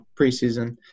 preseason